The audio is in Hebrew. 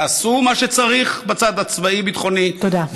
תעשו מה שצריך בצד הצבאי-ביטחוני, תודה.